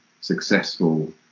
successful